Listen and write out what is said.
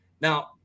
now